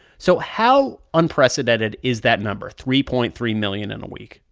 so how unprecedented is that number, three point three million in a week?